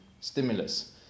stimulus